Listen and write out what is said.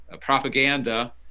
propaganda